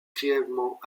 grièvement